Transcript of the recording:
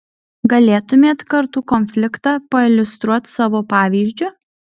galėtumėt kartų konfliktą pailiustruot savo pavyzdžiu